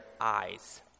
eyes